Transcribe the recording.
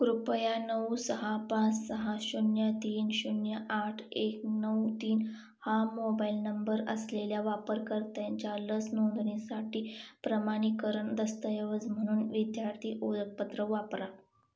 कृपया नऊ सहा पाच सहा शून्य तीन शून्य आठ एक नऊ तीन हा मोबाईल नंबर असलेल्या वापरकर्त्यांच्या लस नोंदणीसाठी प्रमाणीकरण दस्तऐवज म्हणून विद्यार्थी ओळखपत्र वापरा